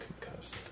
concussed